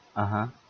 (uh huh)